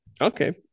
Okay